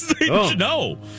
no